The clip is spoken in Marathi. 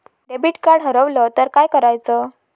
डेबिट कार्ड हरवल तर काय करायच?